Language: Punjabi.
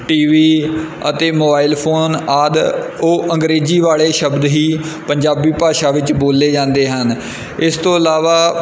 ਟੀ ਵੀ ਅਤੇ ਮੋਬਾਇਲ ਫੋਨ ਆਦਿ ਉਹ ਅੰਗਰੇਜ਼ੀ ਵਾਲੇ ਸ਼ਬਦ ਹੀ ਪੰਜਾਬੀ ਭਾਸ਼ਾ ਵਿੱਚ ਬੋਲੇ ਜਾਂਦੇ ਹਨ ਇਸ ਤੋਂ ਇਲਾਵਾ